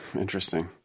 Interesting